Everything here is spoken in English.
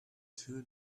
two